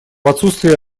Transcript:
отсутствие